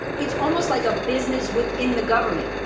it's almost like a business within the government.